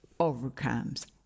overcomes